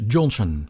Johnson